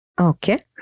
Okay